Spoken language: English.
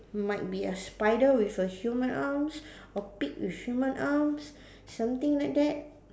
might be a spider with a human arms or pig with human arms something like that